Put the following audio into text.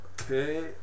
Okay